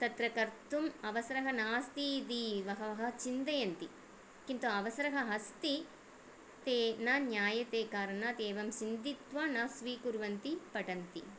तत्र कर्तुम् अवसरः नास्ति इति बहवः चिन्तयन्ति किन्तु अवसरः अस्ति ते न ज्ञायते करणात् एवं चिन्तयित्वा न स्वीकुर्वन्ति पठन्ति